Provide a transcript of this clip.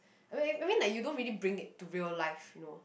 I mean I mean like you don't really bring it to real life you know